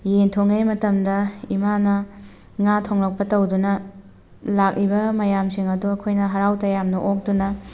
ꯌꯦꯟ ꯊꯣꯡꯉꯤꯉꯩ ꯃꯇꯝꯗ ꯏꯃꯥꯅ ꯉꯥ ꯊꯣꯡꯂꯛꯄ ꯇꯧꯗꯨꯅ ꯂꯥꯛꯂꯤꯕ ꯃꯌꯥꯝꯁꯤꯡ ꯑꯗꯣ ꯑꯩꯈꯣꯏꯅ ꯍꯔꯥꯎ ꯇꯌꯥꯝꯅ ꯑꯣꯛꯇꯨꯅ